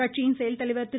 கட்சியின் செயல்தலைவர் திரு